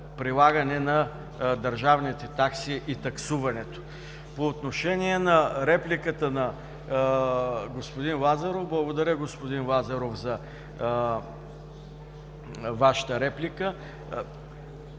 на държавните такси и таксуването. По отношение на репликата на господин Лазаров, благодаря, господин Лазаров, за Вашата реплика